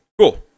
cool